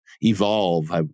evolve